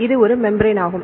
இது ஒரு மெம்பிரான் ஆகும்